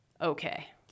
okay